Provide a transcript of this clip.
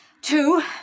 two